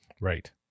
Right